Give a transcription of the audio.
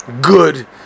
good